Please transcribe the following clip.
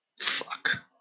Fuck